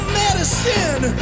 medicine